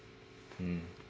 mm